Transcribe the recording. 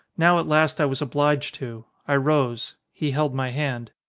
now at last i was obliged to. i rose. he held my hand.